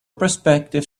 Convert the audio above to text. prospective